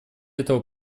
этого